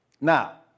Now